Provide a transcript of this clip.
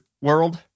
World